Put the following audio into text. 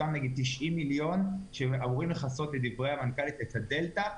נגיד אותם 90 מיליון שקלים שאמורים לכסות לדברי המנכ"לית את הדלתא,